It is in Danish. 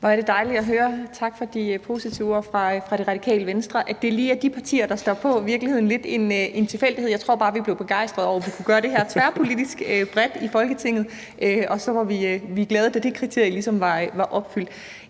Hvor er det dejligt at høre. Tak for de positive ord fra De Radikale. At det lige er de partier, der står på beslutningsforslaget, er i virkeligheden lidt en tilfældighed. Jeg tror bare, at vi blev begejstrede over, at vi kunne gøre det her tværpolitisk og bredt i Folketinget, og så blev vi glade, da de kriterier ligesom blev opfyldt.